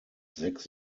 sechs